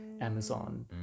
amazon